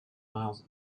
miles